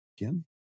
again